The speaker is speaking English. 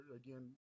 again